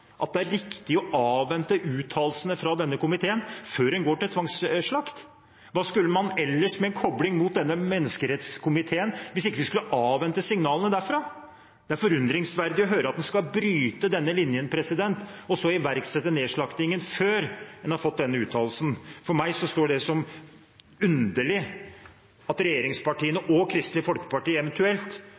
opplagt det er riktig å avvente uttalelsene fra denne komiteen før en går til tvangsslakt. Hva skulle man med en kobling mot denne menneskerettighetskomiteen hvis en ikke skulle avvente signalene derfra? Det er underlig å høre at en skal bryte denne linjen og iverksette nedslaktingen før en har fått denne uttalelsen. For meg framstår det som underlig at regjeringspartiene, og eventuelt Kristelig Folkeparti,